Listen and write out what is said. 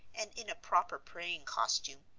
and in a proper praying costume.